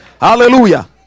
Hallelujah